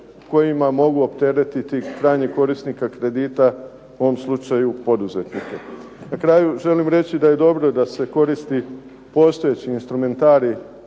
kojima mogu opteretiti krajnjeg korisnika kredita, u ovom slučaju poduzetnike. Na kraju želim reći da je dobro da se koristi postojeći instrumentarij